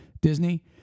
Disney